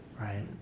right